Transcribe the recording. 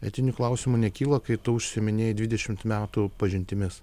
etinių klausimų nekyla kai tu užsiiminėji dvidešimt metų pažintimis